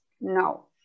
No